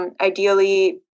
Ideally